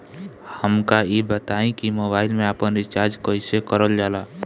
हमका ई बताई कि मोबाईल में आपन रिचार्ज कईसे करल जाला?